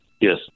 Yes